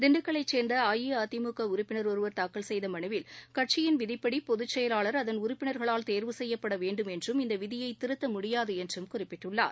திண்டுக்கலை சேர்ந்த அஇஅதிமுக உறுப்பினர் ஒருவர் தாக்கல் செய்த மனுவில் கட்சியின் விதிப்படி பொதுச் செயலாளர் அதன் உறுப்பினர்களால் தேர்வு செய்யப்பட வேண்டும் என்றும் இந்த விதியை திருத்த மடியாது என்றும் குறிப்பிட்டுள்ளார்